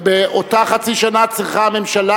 ובאותה חצי שנה צריכה הממשלה,